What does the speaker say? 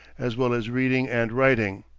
as well as reading and writing.